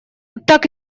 так